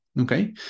Okay